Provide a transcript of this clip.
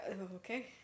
okay